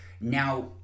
now